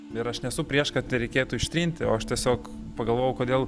ir aš nesu prieš kad reikėtų ištrinti o aš tiesiog pagalvojau kodėl